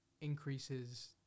increases